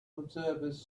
observers